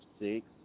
six